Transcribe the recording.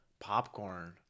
popcorn